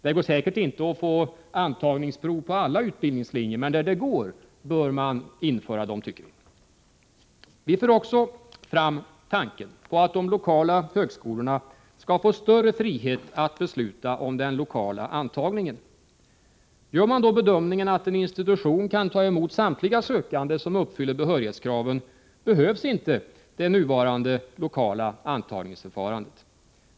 Det går säkert inte att få till stånd antagningsprov på alla utbildningslinjer, men där det går bör man införa det, tycker vi. Vi för också fram tanken på att de lokala högskolorna skall få större frihet att besluta om den lokala antagningen. Gör man då bedömningen att en institution kan ta emot samtliga sökande som uppfyller behörighetskraven, behövs inte det nuvarande lokala antagningsförfarandet.